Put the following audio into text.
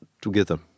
together